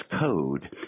code